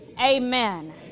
amen